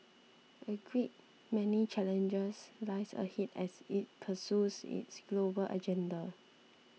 a great many challenges lies ahead as it pursues its global agenda